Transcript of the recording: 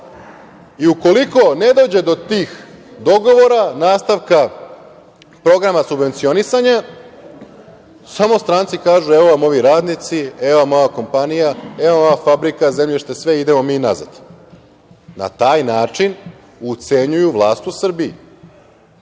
i ukoliko ne dođe do tih dogovora, nastavka programa subvencionisanja, samo stranci kažu - evo vam ovi radnici, evo vam ova kompanija, evo vam fabrika, evo vam zemljište, sve, idemo mi nazad. Na taj način ucenjuju vlast u Srbiji. To